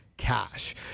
cash